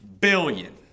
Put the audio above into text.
billion